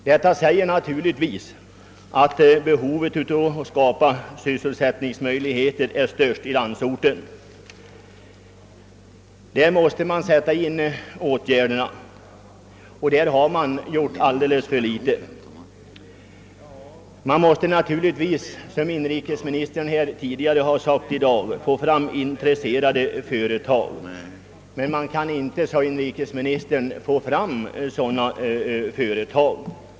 Detta ger vid handen att behovet av att skapa sysselsättningsmöjligheter är störst i landsorten. Det är där åtgärderna måste sättas in — alltför litet har gjorts. Som inrikesministern framhöll är det nödvändigt att få fram intresserade företag. Inrikesministern menade dock att det inte går att få fram sådana före tag.